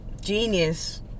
genius